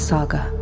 Saga